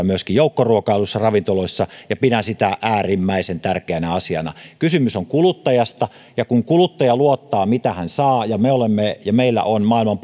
myöskin joukkoruokailuissa ja ravintoloissa ja pidän sitä äärimmäisen tärkeänä asiana kysymys on kuluttajasta ja kun kuluttaja luottaa mitä hän saa ja kun meillä on maailman